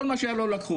כל מה שהיה לו לקחו,